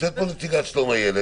נמצאת פה נציגת המועצה לשלום הילד.